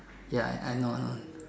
ya I I know know